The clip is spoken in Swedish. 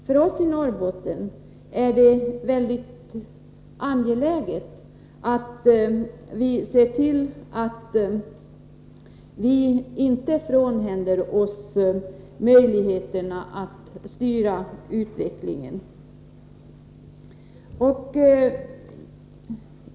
För oss i Norrbotten är det mycket angeläget att vi inte frånhänder oss möjligheterna att styra utvecklingen.